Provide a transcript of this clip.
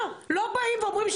לא באים ואומרים,